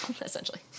essentially